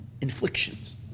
inflictions